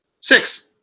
six